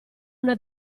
una